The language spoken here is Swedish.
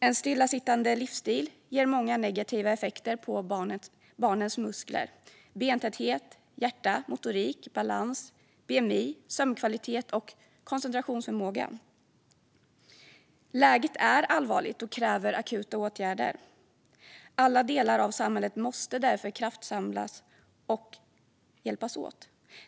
En stillasittande livsstil ger många negativa effekter på barnets muskler, bentäthet, hjärta, motorik, balans, BMI, sömnkvalitet och koncentrationsförmåga. Läget är allvarligt och kräver akuta åtgärder. Alla delar av samhället måste därför kraftsamla och hjälpas åt.